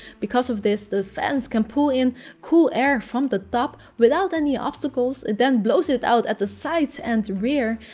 because of this, the fans can pull in cool air from the top without any obstacles. it then blows it out at the sides and rear.